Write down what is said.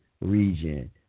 region